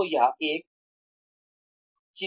तो यह एक चिथड़े है